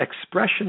expression